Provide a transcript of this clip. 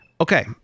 Okay